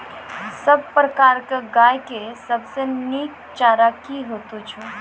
सब प्रकारक गाय के सबसे नीक चारा की हेतु छै?